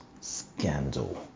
scandal